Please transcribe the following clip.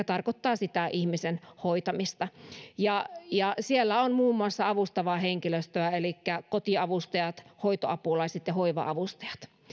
tarkoittaa sitä ihmisen hoitamista ja ja siellä on muun muassa avustavaa henkilöstöä elikkä kotiavustajat hoitoapulaiset ja hoiva avustajat